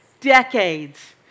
decades